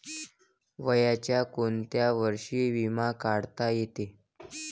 वयाच्या कोंत्या वर्षी बिमा काढता येते?